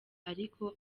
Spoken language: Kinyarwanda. ariko